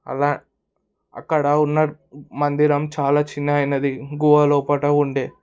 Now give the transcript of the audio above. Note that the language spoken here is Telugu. అలా అక్కడ ఉన్న మందిరం చాలా చిన్న అయినది గుహలోపలో ఉండే